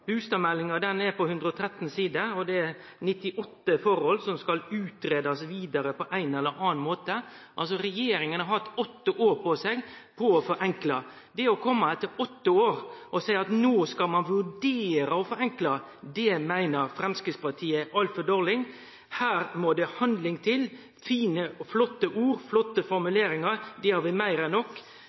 Bustadmeldinga er på 113 sider, og det er 98 forhold som ein skal greie ut vidare på ein eller annan måte. Regjeringa har hatt åtte år på seg til å forenkle. Det å komme etter åtte år og seie at ein nå skal vurdere å forenkle, meiner Framstegspartiet er altfor dårleg. Her må det handling til. Fine ord og flotte formuleringar har vi meir enn nok